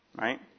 Right